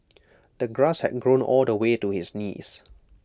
the grass had grown all the way to his knees